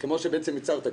וזה לא משנה מי יהיה השר הבא.